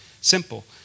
simple